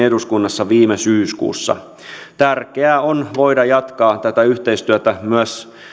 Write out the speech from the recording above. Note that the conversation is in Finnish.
eduskunnassa viime syyskuussa tärkeää on voida jatkaa tätä yhteistyötä myös